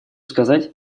сказать